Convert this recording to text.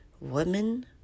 Women